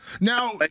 Now